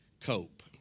cope